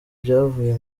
byavuye